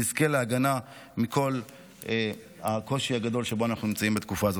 נזכה להגנה מכל הקושי הגדול שבו אנחנו נמצאים בתקופה הזאת.